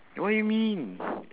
what do you mean